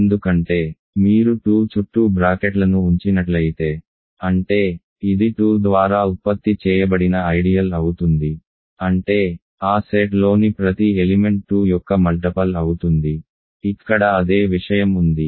ఎందుకంటే మీరు 2 చుట్టూ బ్రాకెట్లను ఉంచినట్లయితే అంటే ఇది 2 ద్వారా ఉత్పత్తి చేయబడిన ఐడియల్ అవుతుంది అంటే ఆ సమితిసెట్లోని ప్రతి ఎలిమెంట్ 2 యొక్క గుణకం అవుతుంది ఇక్కడ అదే విషయం ఉంది